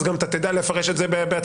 אז אתה גם תדע לפרש את זה בעצמך.